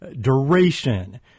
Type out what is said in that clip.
duration